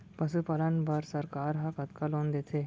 पशुपालन बर सरकार ह कतना लोन देथे?